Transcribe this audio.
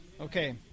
Okay